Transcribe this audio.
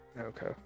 Okay